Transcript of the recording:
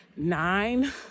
nine